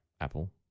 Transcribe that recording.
Apple